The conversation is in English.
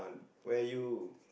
where are you